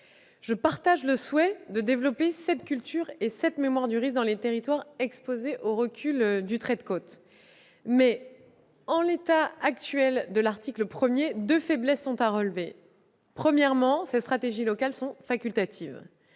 Je partage le souhait de développer cette culture et cette mémoire du risque dans les territoires exposés au recul du trait de côte, mais, en l'état actuel de l'article 1, deux faiblesses sont à relever. Premièrement, les stratégies locales sont facultatives.